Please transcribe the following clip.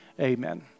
amen